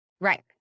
Right